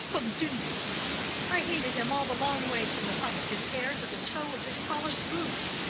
con tinue i hated him all the long way from the top of his hair to the toe of his polished boot.